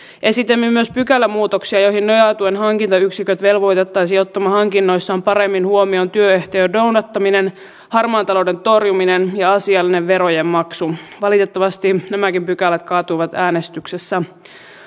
esitimme myös pykälämuutoksia joihin nojautuen hankintayksiköt velvoitettaisiin ottamaan hankinnoissaan paremmin huomioon työehtojen noudattaminen harmaan talouden torjuminen ja asiallinen verojenmaksu valitettavasti nämäkin pykälät kaatuivat äänestyksessä